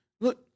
Look